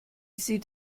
sieht